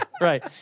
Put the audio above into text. right